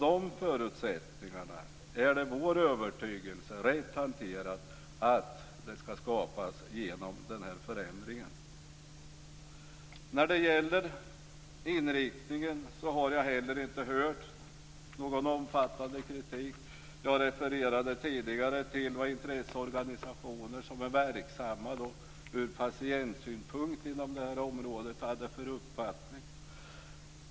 Det är vår övertygelse att dessa förutsättningarna skall skapas genom den här förändringen om man hanterar den rätt. Jag har inte heller hört någon omfattande kritik när det gäller inriktningen. Jag refererade tidigare till vilken uppfattning intresseorganisationer som är verksamma inom det här området hade ur patientsynpunkt.